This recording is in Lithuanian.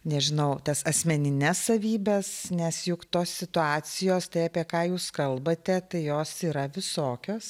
nežinau tas asmenines savybes nes juk tos situacijos tai apie ką jūs kalbate tai jos yra visokios